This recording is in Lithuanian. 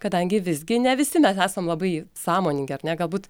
kadangi visgi ne visi mes esam labai sąmoningi ar ne galbūt